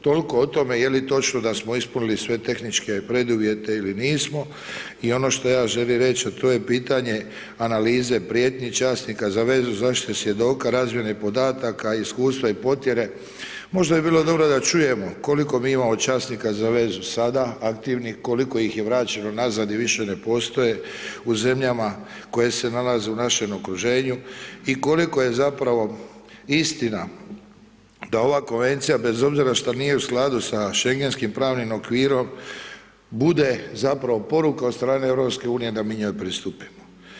Toliko o tome je li točno da smo ispunili sve tehničke preduvjete ili nismo i ono što ja želim reć a to je pitanje analize prijetnji, časnika za vezu, zaštite svjedoka, razmjene podataka, iskustava i potjere, možda bi bilo dobro da čujemo koliko mi imamo časnika za vezu sada aktivnih, koliko ih je vraćeno nazad i više ne postoje u zemljama koje se nalaze u našem okruženju i koliko je zapravo istina da ova konvencija bez obzira šta nije u skladu sa Schengenskim pravnim okvirom bude zapravo poruka od strane EU da mi njoj pristupimo.